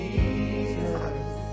Jesus